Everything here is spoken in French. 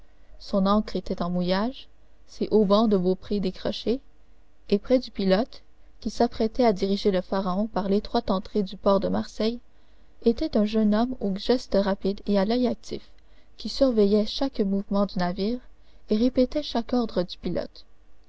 son ancre était en mouillage ses haubans de beaupré décrochés et près du pilote qui s'apprêtait à diriger le pharaon par l'étroite entrée du port de marseille était un jeune homme au geste rapide et à l'oeil actif qui surveillait chaque mouvement du navire et répétait chaque ordre du pilote